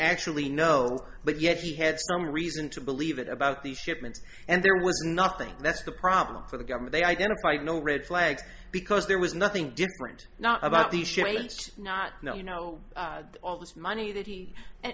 actually know but yet he had some reason to believe that about these shipments and there was nothing that's the problem for the government they identified no red flags because there was nothing different not about the shades not now you know all this money that he and